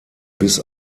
bis